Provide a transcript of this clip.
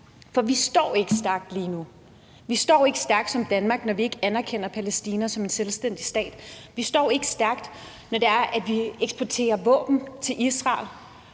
for vi står ikke stærkt lige nu. Vi står ikke stærkt som Danmark, når vi ikke anerkender Palæstina som en selvstændig stat. Vi står ikke stærkt, når vi eksporterer våben til Israel.